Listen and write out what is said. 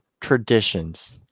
traditions